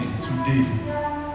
today